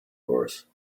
course